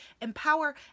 empower